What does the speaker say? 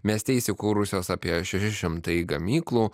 mieste įsikūrusios apie šeši šimtai gamyklų